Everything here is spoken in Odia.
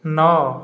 ନଅ